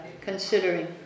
considering